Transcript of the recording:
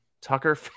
tucker